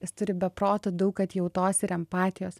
jis turi be proto daug atjautos ir empatijos